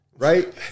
Right